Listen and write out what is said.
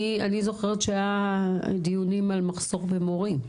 אני זוכרת שהיה דיונים על מחסור במורים.